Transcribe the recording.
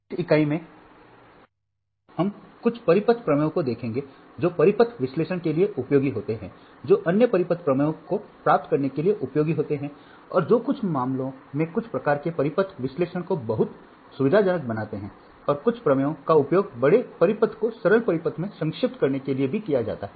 इस इकाई में हम कुछ परिपथ प्रमेयों को देखेंगे जो परिपथ विश्लेषण के लिए उपयोगी होते हैं जो अन्य परिपथ प्रमेयों को प्राप्त करने के लिए उपयोगी होते हैं और जो कुछ मामलों में कुछ प्रकार के परिपथ विश्लेषण को बहुत सुविधाजनक बनाते हैं और कुछ प्रमेयों का उपयोग बड़े परिपथ को सरल परिपथ में संक्षिप्त करने के लिए भी किया जाता है